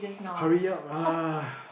hurry up lah